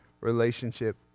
relationship